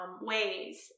ways